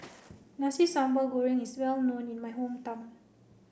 Nasi Sambal Goreng is well known in my hometown